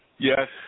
Yes